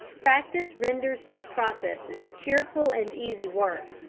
practice renders these processes cheerful and easy work,